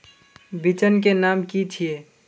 बिचन के नाम की छिये?